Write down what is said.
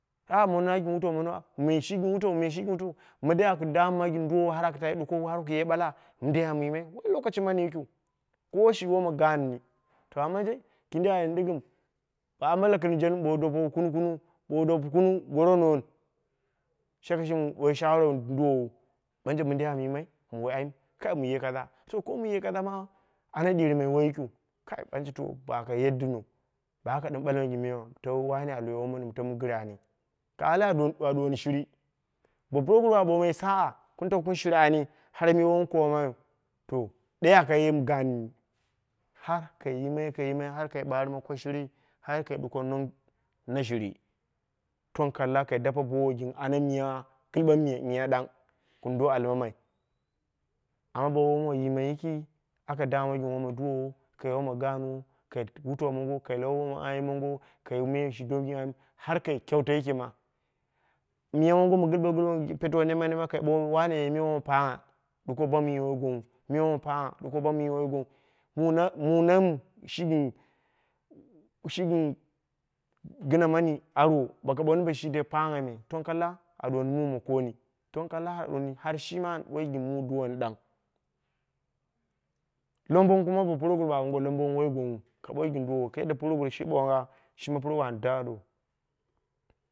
Nan mɨ woi na gɨn wutau mono, me shi gɨn wutau, me shi gɨn wutau, midei aku damma gɨn duwowa, har aku ta ɗuko har kuye ɓala, mindei aku yimai, woi lokashi mani yikiu, kowa shi ye won gaani, to amma dai, kindi a yeni dɨgɨm, ɓamu lakɨrinjen bowu dapewu kunung kunung, bowu dope kunung goro nooo, shakai shimi wun ɓoi shawara wun duwowu ɓanje mindei amu yimai mɨ wai ayim? Kai, mɨ ye kaza, to ko miye kaza ma, ana ɗɨrmai woi yikiu, ɓanje to, baka yara no, baka ɗɨm ɓalmai gɨn miyau tawu wane a loi woi maniu, tamu gɨre ane, ka ali a ɗuwoni a duwoni shiri, bo puroguru a ɓomai saa kun taka kun shira ane, har miya wu komayu, to, ɗe aka ye mɨ gaani, haa, kai yimai kai yimai har kai ɓarɨma ko shirii, har kai ɗuko non na shiri, tong kalla kai dape bowo ana miya gɨlwa mi miya ɗang, wun do ali mamai, amma bo wowma yima yima yiki, aka damma gɨn woma duwowo, kai ye wutau mongo, kai can woma ayim mongo, kai me shi do gɨn ayim, har kai kyeuta ma, miya mongo mɨ jiwu beɓɨlmo wo nemma nemma kai ɓalmai wolne me woma pangngha, ɗuko bolmi woi gwang ghu, me woma pangngha ɗuko bami wangwangghu. Muna, muna shi besitate shi gɨn- gɨna mani arwo, boko ɓooni bo shi dei pangngholi me, tong kolla a ɗnwoni mu ma konni, tong kalla a ɗuwoni har shima a ɓoi gɨn mum duwoni ɗang, lombor kuma, ba puroguru a ɓoowo lombong wogwangghu ka ɓoi gɨn duwowo kai da puroguru dn